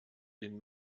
den